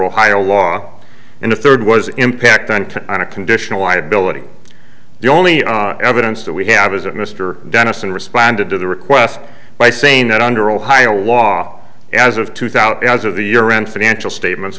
ohio law and the third was impact on on a conditional liability the only evidence that we have is that mr denison responded to the request by saying that under ohio law as of two thout as of the year and financial statements